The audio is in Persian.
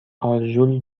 آرژول